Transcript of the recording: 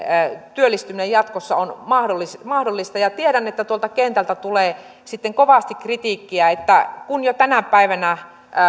työllistyminen jatkossa on mahdollista tiedän että tuolta kentältä tulee kovasti kritiikkiä kun jo tänä päivänä